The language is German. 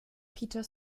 peter